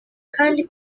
kandi